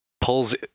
pulls